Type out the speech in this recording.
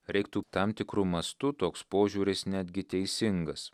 reiktų tam tikru mastu toks požiūris netgi teisingas